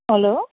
hello